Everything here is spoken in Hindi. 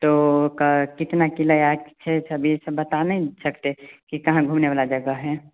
तो क कितना किराया छः सब यह सब बता नहीं सकते कि कहाँ घूमने वाली जगह है